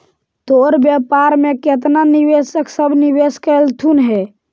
तोर व्यापार में केतना निवेशक सब निवेश कयलथुन हे?